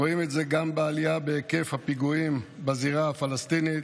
רואים את זה גם בעלייה בהיקף הפיגועים בזירה הפלסטינית,